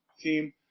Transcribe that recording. team